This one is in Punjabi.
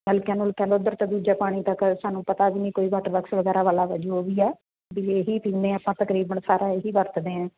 ਨਲਕਿਆ ਨੁਲਕਿਆਂ ਦਾ ਉੱਧਰ ਤਾਂ ਦੂਜਾ ਪਾਣੀ ਤਾਂ ਕਰ ਸਾਨੂੰ ਪਤਾ ਵੀ ਨਹੀਂ ਕੋਈ ਵਾਟਰ ਵਕਸ ਵਗੈਰਾ ਵਾਲਾ ਜੋ ਵੀ ਹੈ ਵੀ ਇਹ ਹੀ ਪੀਂਦੇ ਹਾਂ ਆਪਾਂ ਤਕਰੀਬਨ ਸਾਰਾ ਇਹ ਹੀ ਵਰਤਦੇ ਹਾਂ